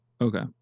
Okay